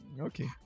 Okay